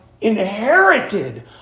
inherited